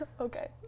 Okay